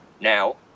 now